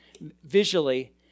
visually